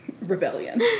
Rebellion